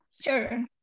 Sure